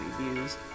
reviews